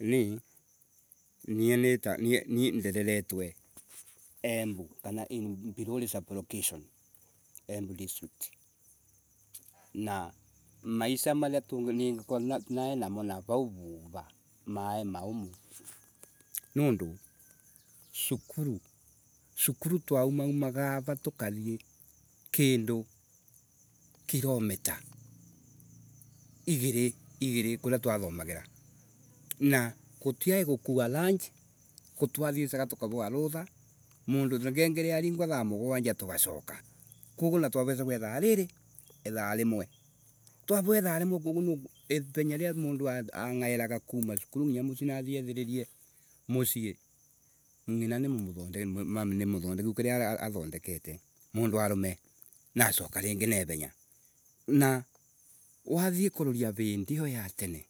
Ni, nie- nita nie ni nderetwe embu kana ino, mbiruri sub location, Embu district. na maisa maria tuningikorwa nainam nav au vuva mai maumu, nundu cukuru, cukuru twaumaga ava tukathie kindu kiiometa igiri, igiri kuria twathomagira. Na guria gukua lundi, ko twathiisaga tukarewa Rutha mundu ngebere yaringwa thamugwanja tugacoka. Koguo na twarecagithaa riri, ithaa rimwe. Twarewa ithaa rimwe kuirenya riria mund angairagakuma cukuru nginya mucii ni athii ethiririe mucii ngina nimumamu nimuthondeku kiria athondekete. Mundo arume. Ni acoka ringi ne irenya. Na wath kuroria vindi iyo ya tene,